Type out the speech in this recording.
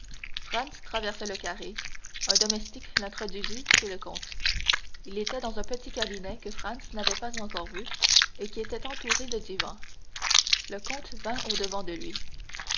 traversa le carré un domestique l'introduisit chez le comte il était dans un petit cabinet que franz n'avait pas encore vu et qui était entouré de divans le comte vint au-devant de lui